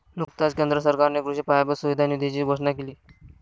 नुकताच केंद्र सरकारने कृषी पायाभूत सुविधा निधीची घोषणा केली